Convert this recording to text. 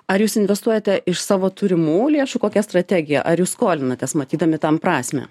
ar jūs investuojate iš savo turimų lėšų kokia strategija ar jūs skolinatės matydami tam prasmę